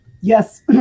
yes